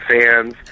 fans